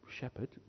shepherd